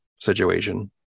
situation